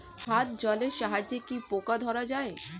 হাত জলের সাহায্যে কি পোকা ধরা যায়?